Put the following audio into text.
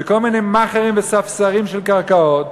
וכל מיני מאכערים וספסרים של קרקעות,